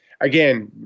again